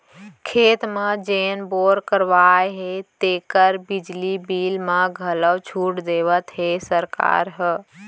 खेत म जेन बोर करवाए हे तेकर बिजली बिल म घलौ छूट देवत हे सरकार ह